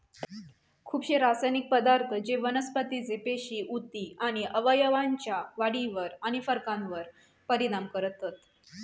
खुपशे रासायनिक पदार्थ जे वनस्पतीचे पेशी, उती आणि अवयवांच्या वाढीवर आणि फरकावर परिणाम करतत